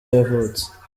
yavutse